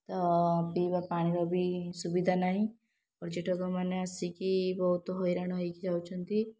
ତ ପିଇବା ପାଣିର ବି ସୁବିଧା ନାହିଁ ପର୍ଯ୍ୟଟକମାନେ ଆସିକି ବହୁତ ହଇରାଣ ହୋଇକି ଯାଉଛନ୍ତି